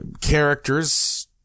characters